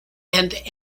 and